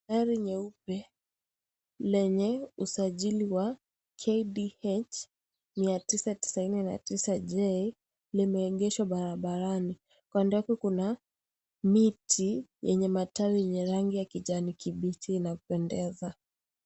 Gari nyeupe lenye usajili wa KDH 990 J limeegheshwa barabarani ,kando yake kuna miti iliyo na matawi ya kijani kibichi inapendeza.